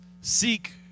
seek